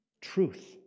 truth